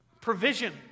provision